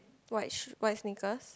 white sh~ white sneakers